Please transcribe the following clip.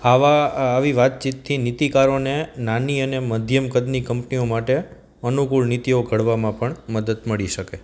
આવા આવી વાતચીતથી નીતિકારોને નાની અને મધ્યમ કદની કંપનીઓ માટે અનુકૂળ નીતિઓ ઘડવામાં પણ મદદ મળી શકે